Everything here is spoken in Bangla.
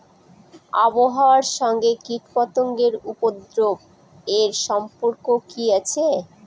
আবহাওয়ার সঙ্গে কীটপতঙ্গের উপদ্রব এর সম্পর্ক কি আছে?